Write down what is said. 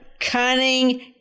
Cunning